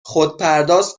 خودپرداز